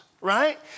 right